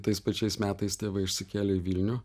tais pačiais metais tėvai išsikėlė į vilnių